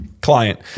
client